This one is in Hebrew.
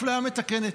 אפליה מתקנת.